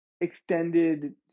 extended